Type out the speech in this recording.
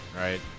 right